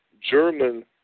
German